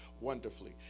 wonderfully